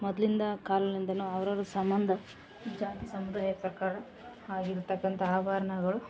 ಮೊದಲಿಂದ ಕಾಲ್ಲಿಂದ ಅವ್ರವ್ರ ಸಂಬಂಧ ಜಾತಿ ಸಮುದಾಯ ಪ್ರಕಾರ ಆಗಿರ್ತಕ್ಕಂಥ ಆಭರ್ಣಗಳು